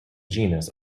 genus